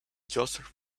just